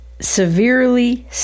severely